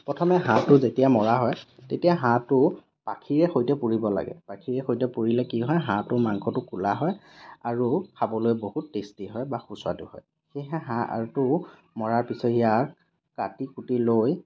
প্ৰথমে হাঁহটো যেতিয়া মৰা হয় তেতিয়া হাঁহটো পাখিৰে সৈতে পুৰিব লাগে পাখিৰে সৈতে পুৰিলে কি হয় হাঁহটোৰ মাংসটো ক'লা হয় আৰু খাবলৈ বহুত টেষ্টি হয় বা সুস্বাদু হয় সেয়েহে হাঁহটো মৰাৰ পিছত ইয়াক কাটি কুটি লৈ